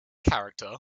character